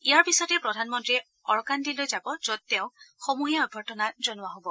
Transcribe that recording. ইয়াৰ পিছতে প্ৰধানমন্ত্ৰীয়ে অৰকান্দিলৈ যাব যত তেওঁক সমূহীয়া অভ্যৰ্থনা জনোৱা হব